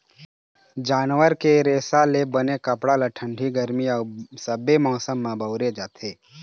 जानवर के रेसा ले बने कपड़ा ल ठंडी, गरमी अउ सबे मउसम म बउरे जाथे